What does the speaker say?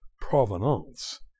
provenance